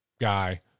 guy